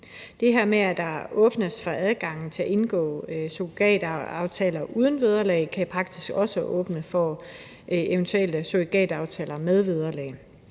Det her med, at der åbnes for adgangen til at indgå surrogataftaler uden vederlag kan i praksis også åbne for eventuelle surrogataftaler med vederlag.